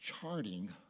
charting